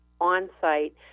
on-site